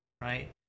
right